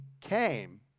came